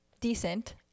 decent